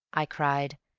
i cried.